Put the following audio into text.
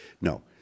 no